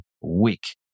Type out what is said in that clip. week